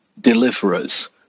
deliverers